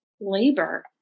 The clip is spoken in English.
labor